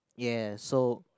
ya so